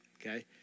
okay